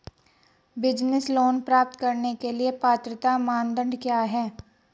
Business loan प्राप्त करने के लिए पात्रता मानदंड क्या हैं?